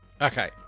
Okay